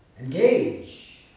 Engage